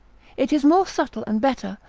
it is more subtle and better,